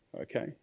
Okay